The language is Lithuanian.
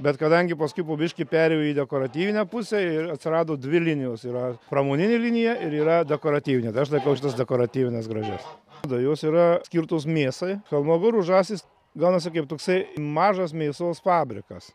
bet kadangi paskui po biškį perėjo į dekoratyvinę pusę ir atsirado dvi linijos yra pramoninė linija ir yra dekoratyvinė tai aš laikau šitas dekoratyvines gražias tada jos yra skirtos mėsai cholmogorų žąsis gaunasi kaip toksai mažas mėsos fabrikas